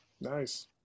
Nice